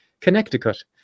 Connecticut